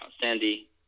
Sandy